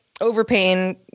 overpaying